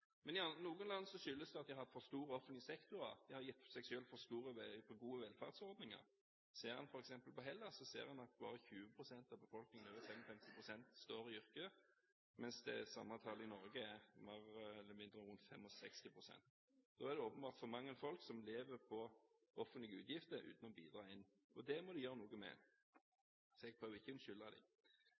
Men i noen land skyldes det at de har hatt for store offentlige sektorer, de har gitt seg selv for gode velferdsordninger. Ser en f.eks. på Hellas, ser en at bare 20 pst. av befolkningen over 55 år står i arbeid, mens det samme tallet i Norge er mer eller mindre rundt 65 pst. Da er det åpenbart for mange folk som lever på offentlige midler uten å bidra, og det må de gjøre noe med – men jeg prøver ikke å unnskylde dem. Dårlig skatteinngang er et problem, mer enn skattenivået. Det